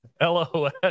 LOS